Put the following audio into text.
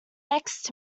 next